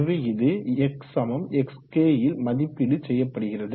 எனவே இது x xk ல் மதிப்பீடு செய்யப்படுகிறது